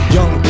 Young